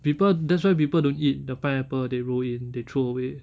people that's why people don't eat the pineapple they roll in they throw away